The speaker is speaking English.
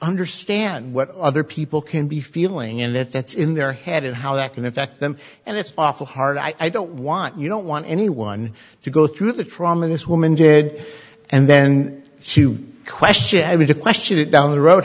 understand what other people can be feeling in that that's in their head and how that can affect them and it's awful hard i don't want you don't want anyone to go through the trauma this woman did and then to question i would have questioned it down the road